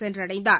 சென்றடைந்தார்